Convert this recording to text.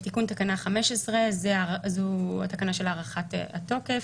תיקון תקנה 15 זו התקנה של הארכת התוקף.